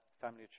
family